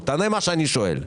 תענה על מה שאני שואל.